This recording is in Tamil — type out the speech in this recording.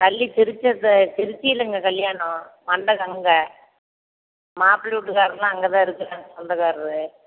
கல்லி திருச்சி த திருச்சி இல்லைங்க கல்யாணம் மண்டபம் அங்கே மாப்பிளை வீட்டுக்காரங்கலாம் அங்கேதான் இருக்கிறாங்க சொந்தக்காரர்